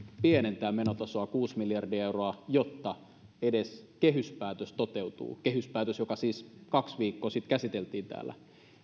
pienentää menotasoa kuusi miljardia euroa jotta edes kehyspäätös toteutuu kehyspäätös joka siis kaksi viikkoa sitten käsiteltiin täällä